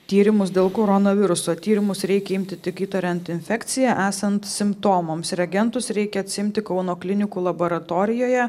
tyrimus dėl koronaviruso tyrimus reikia imti tik įtariant infekciją esant simptomams reagentus reikia atsiimti kauno klinikų laboratorijoje